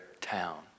town